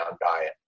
diet